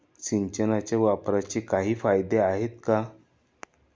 सिंचनाच्या वापराचे काही फायदे आहेत का?